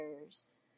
others